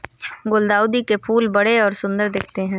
गुलदाउदी के फूल बड़े और सुंदर दिखते है